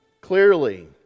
Clearly